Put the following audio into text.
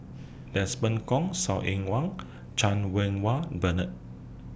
Desmond Kon Saw Ean Wang Chan Win Wah Bernard